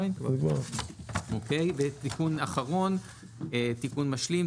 ותיקון אחרון משלים.